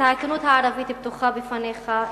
עת העיתונות הערבית פתוחה בפניך,